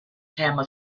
tama